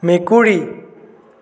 মেকুৰী